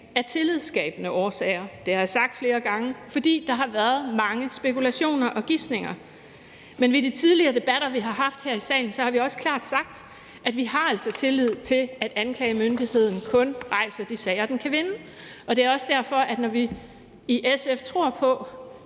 af tillidsskabende årsager – det har jeg sagt flere gange – fordi der har været mange spekulationer og gisninger. Men ved de tidligere debatter, vi har haft her i salen, har vi også klart sagt, at vi altså har tillid til, at anklagemyndigheden kun rejser de sager, den kan vinde. Det er også derfor, at vi i SF tror på,